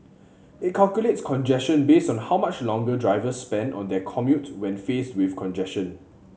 it calculates congestion based on how much longer drivers spend on their commute when faced with congestion